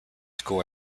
school